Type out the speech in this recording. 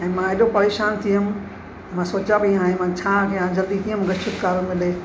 मां हेॾो परेशान थी वियमि मां सोचा पई मां हाणे मां छा कयां जल्दी कीअं मूंखे छुटकारो मिले